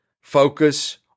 focus